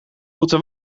moeten